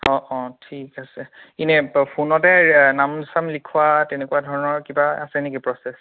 অঁ অঁ ঠিক আছে এনে ফোনতে নাম চাম লিখোৱা তেনেকুৱা ধৰণৰ কিবা আছে নেকি প্ৰচেছ